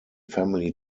family